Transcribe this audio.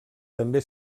també